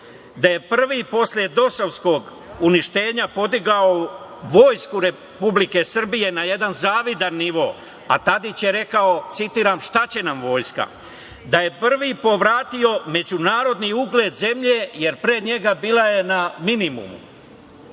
je posle dosovskog uništenja podigao vojsku Republike Srbije na jedan zavidan nivo, a Tadić je rekao, citiram: "Šta će nam vojska?" On je prvi povratio međunarodni ugled zemlje, jer je pre njega bila na minimumu.